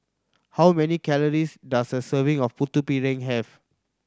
how many calories does a serving of Putu Piring have